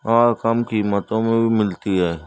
اور کم قیمتوں میں بھی ملتی ہے